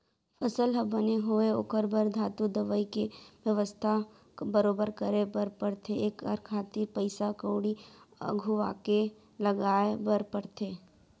फसल ह बने होवय ओखर बर धातु, दवई के बेवस्था बरोबर करे बर परथे एखर खातिर पइसा कउड़ी अघुवाके लगाय बर परथे